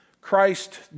Christ